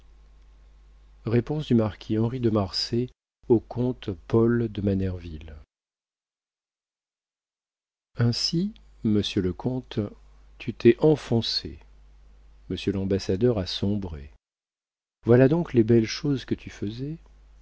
du marquis henri de marsay au comte paul de manerville ainsi monsieur le comte tu t'es enfoncé monsieur l'ambassadeur a sombré voilà donc les belles choses que tu faisais